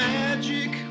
magic